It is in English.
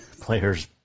player's